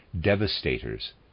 devastators